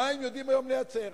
מים, יודעים היום לייצר.